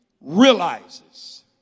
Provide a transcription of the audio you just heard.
realizes